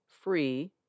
free